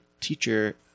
teacher